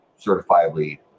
certifiably